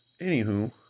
anywho